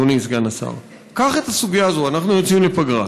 אדוני סגן השר: אנחנו יוצאים לפגרה.